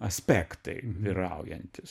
aspektai vyraujantys